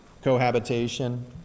cohabitation